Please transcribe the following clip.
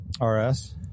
RS